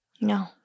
no